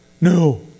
No